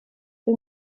wir